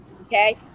okay